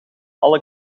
alle